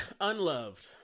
Unloved